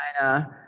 China